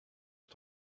est